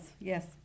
Yes